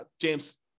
James